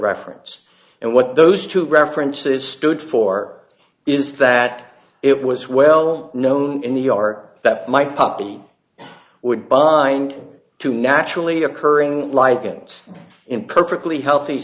reference and what those two references stood for is that it was well known in the are that my puppy would bind to naturally occurring lichens in perfectly healthy